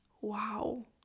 Wow